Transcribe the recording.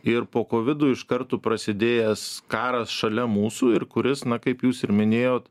ir po kovido iš karto prasidėjęs karas šalia mūsų ir kuris na kaip jūs ir minėjot